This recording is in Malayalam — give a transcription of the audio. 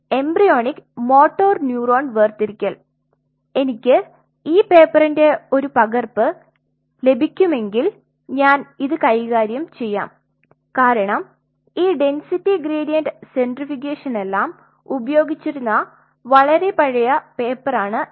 എംബ്രിയോണിക് മോട്ടോർ ന്യൂറോൺ വേർതിരിക്കൽ എനിക്ക് ഈ പേപ്പറിന്റെ ഒരു പകർപ്പ് ലഭിക്കുമെങ്കിൽ ഞാൻ ഇത് കൈകാര്യം ചെയ്യാം കാരണം ഈ ഡെന്സിറ്റി ഗ്രേഡിയന്റ് സെൻട്രിഫ്യൂഗേഷനെല്ലാം ഉപയോഗിച്ചിരുന്ന വളരെ പഴയ പേപ്പറാണ് ഇത്